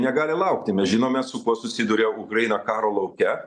negali laukti mes žinome su kuo susiduria ukraina karo lauke